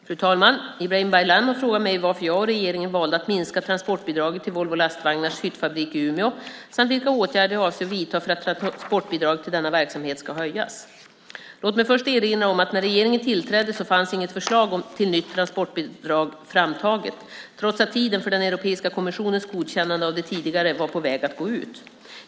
Fru talman! Ibrahim Baylan har frågat mig varför jag och regeringen valde att minska transportbidraget till Volvo Lastvagnars hyttfabrik i Umeå samt vilka åtgärder jag avser att vidta för att transportbidraget till denna verksamhet ska höjas. Låt mig först erinra om att när regeringen tillträdde fanns inget förslag till nytt transportbidrag framtaget trots att tiden för den europeiska kommissionens godkännande av det tidigare var på väg att gå ut.